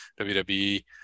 WWE